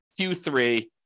Q3